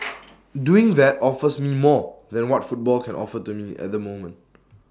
doing that offers me more than what football can offer to me at the moment